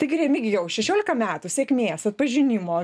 taigi remigijau šešiolika metų sėkmės atpažinimo